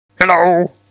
Hello